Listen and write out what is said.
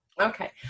Okay